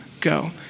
Go